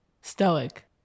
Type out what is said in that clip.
stoic